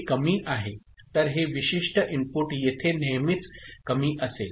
तर हे विशिष्ट इनपुट येथे नेहमीच कमी असेल